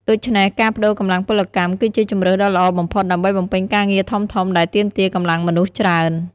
ដូច្នេះ ការប្តូរកម្លាំងពលកម្មគឺជាជម្រើសដ៏ល្អបំផុតដើម្បីបំពេញការងារធំៗដែលទាមទារកម្លាំងមនុស្សច្រើន។